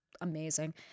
amazing